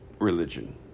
religion